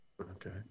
Okay